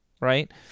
right